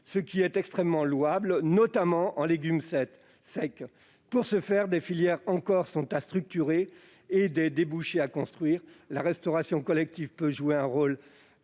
c'est extrêmement louable -, notamment en légumes secs. Pour ce faire, des filières sont encore à structurer et des débouchés à construire. La restauration collective peut jouer un rôle